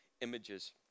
images